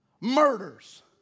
murders